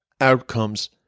outcomes